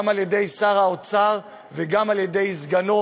גם על-ידי שר האוצר וגם על-ידי סגנו,